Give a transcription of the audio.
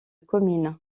comines